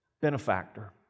benefactor